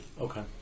Okay